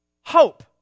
hope